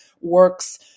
works